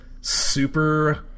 super